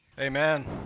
Amen